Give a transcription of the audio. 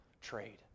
trade